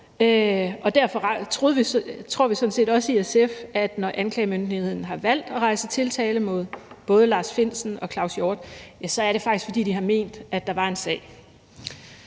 Derfor tror vi sådan set også i SF, at når anklagemyndigheden har valgt for at rejse tiltale mod både Lars Findsen og Claus Hjort Frederiksen, så er det faktisk, fordi de har ment, at der var en sag.